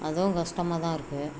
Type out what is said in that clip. அதுவும் கஷ்டமா தான் இருக்குது